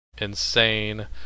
insane